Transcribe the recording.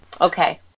Okay